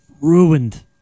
ruined